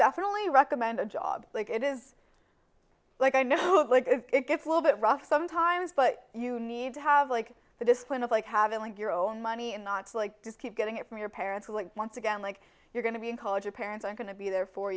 definitely recommend a job like it is like i know it gets a little bit rough sometimes but you need to have like the discipline of like having like your own money and not like just keep getting it from your parents or like once again like you're going to be in college your parents are going to be there for